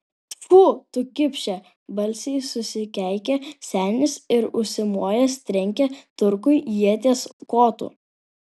tfu tu kipše balsiai susikeikė senis ir užsimojęs trenkė turkui ieties kotu